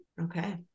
Okay